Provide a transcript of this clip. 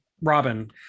Robin